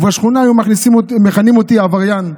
ובשכונה היו מכנים אותי "עבריין".